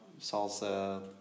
salsa